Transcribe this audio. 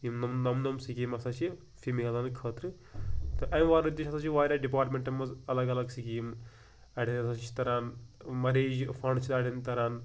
یِم نوٚم نوٚم نوٚم سِکیٖم ہَسا چھِ فمیلَن خٲطرٕ تہٕ اَمہِ ورٲے تہِ ہَسا چھِ واریاہ ڈِپارٹمیٚنٹَن منٛز الگ الگ سِکیٖم اَڑیٚن ہَسا چھِ تَران مَریج فنٛڈ چھُ اَڑیٚن تَران